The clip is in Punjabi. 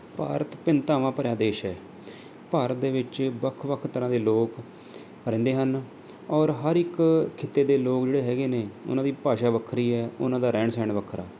ਭਾਰਤ ਭਿੰਨਤਾਵਾਂ ਭਰਿਆ ਦੇਸ਼ ਹੈ ਭਾਰਤ ਦੇ ਵਿੱਚ ਵੱਖ ਵੱਖ ਤਰ੍ਹਾਂ ਦੇ ਲੋਕ ਰਹਿੰਦੇ ਹਨ ਔਰ ਹਰ ਇੱਕ ਖਿੱਤੇ ਦੇ ਲੋਕ ਜਿਹੜੇ ਹੈਗੇ ਨੇ ਉਹਨਾਂ ਦੀ ਭਾਸ਼ਾ ਵੱਖਰੀ ਹੈ ਉਹਨਾਂ ਦਾ ਰਹਿਣ ਸਹਿਣ ਵੱਖਰਾ